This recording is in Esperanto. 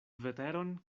veteron